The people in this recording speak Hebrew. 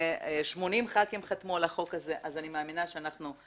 80 ח"כים חתמו על החוק הזה אז אני מאמינה שאנחנו...